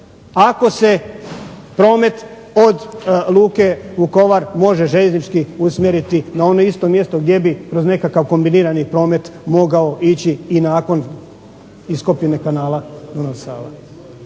ako se promet od luke Vukovar može željeznički usmjeriti na ono isto mjesto gdje bi kroz nekakav kombinirani promet mogao ići i nakon iskopine kanala Dunav-Sava.